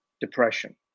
depression